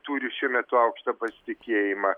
turi šiuo metu aukštą pasitikėjimą